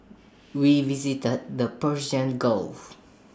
we visited the Persian gulf